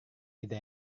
ide